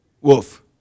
wolf